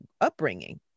upbringing